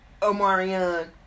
Omarion